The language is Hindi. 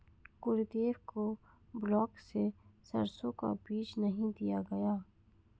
गुरुदेव को ब्लॉक से सरसों का बीज नहीं दिया गया